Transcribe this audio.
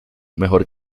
mejor